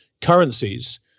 currencies